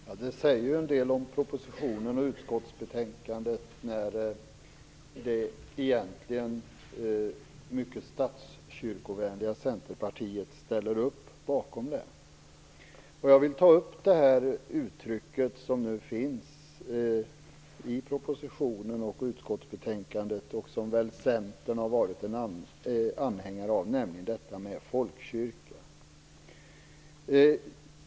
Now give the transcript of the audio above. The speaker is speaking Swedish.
Herr talman! Det säger en del om propositionen och utskottsbetänkandet när det egentligen mycket statskyrkovänliga Centerpartiet ställer upp bakom det. Jag vill ta upp det uttryck som förekommer i propositionen och utskottsbetänkandet och som väl Centern har varit en anhängare av, nämligen folkkyrka.